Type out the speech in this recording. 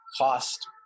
cost